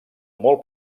molt